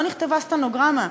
לא נכתבה סטנוגרמה.